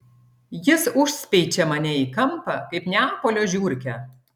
jis užspeičia mane į kampą kaip neapolio žiurkę